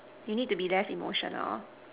you need to be less emotional